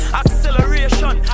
acceleration